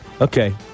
okay